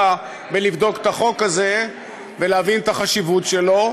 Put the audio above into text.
בבדיקת החוק הזה ולהבין את החשיבות שלו,